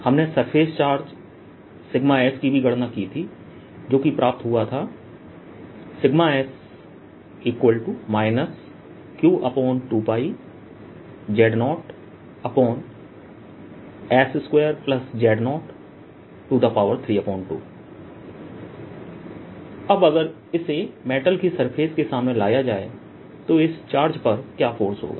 हमने surface charge sigma की भी गणना की थी जो कि प्राप्त हुआ था s q2πz0s2z032 अब अगर इसे मेटल की सरफेस के सामने लाया जाए तो इस चार्ज पर क्या फोर्स होगा